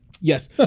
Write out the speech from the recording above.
Yes